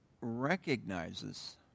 recognizes